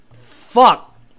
Fuck